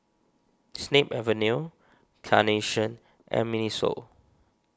Snip Avenue Carnation and Miniso